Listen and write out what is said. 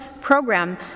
program